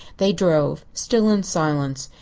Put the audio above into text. they drove, still in silence.